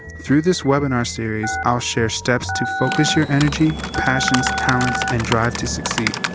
through this webinar series, i'll share steps to focus your energy, passions, talents and drive to succeed.